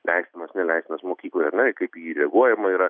leistinas neleistinas mokykloje ar ne kaip į jį reaguojama yra